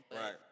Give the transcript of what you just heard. right